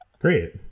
great